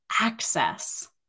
access